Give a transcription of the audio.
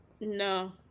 No